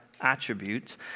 attributes